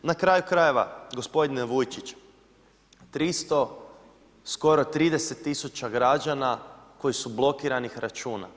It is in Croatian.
Na kraju krajeva gospodine Vujčić, 300 skoro 30 000 građana koji su blokiranih računa.